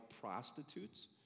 prostitutes